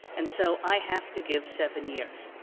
and so i have to give seven years.